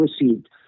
received